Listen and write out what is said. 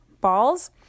balls